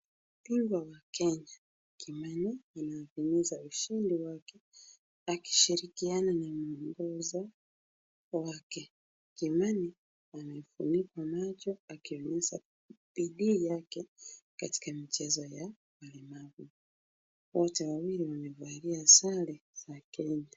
Bingwa wa Kenya Kimani inadumiza ushindi wake, akishirikiana na mwongozo wake. Kimani anafunikwa macho akionyesha bidii yake katika michezo ya walemavu. Wote wawili wamevalia sare za Kenya.